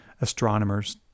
astronomers